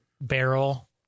barrel